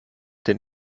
den